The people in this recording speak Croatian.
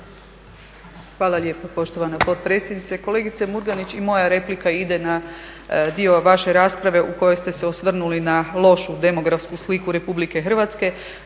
Hvala lijepa poštovana potpredsjednice. Kolegice Murganić i moja replika ide na dio vaše rasprave u kojoj ste se osvrnuli na lošu demografsku sliku Republike Hrvatske.